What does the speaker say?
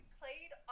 played